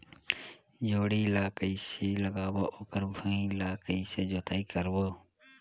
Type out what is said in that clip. जोणी ला कइसे लगाबो ओकर भुईं ला कइसे जोताई करबो?